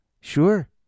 sure